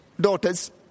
daughters